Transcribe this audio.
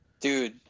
Dude